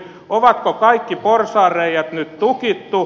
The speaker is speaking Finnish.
onko kaikki porsaanreiät nyt tukittu